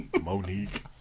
Monique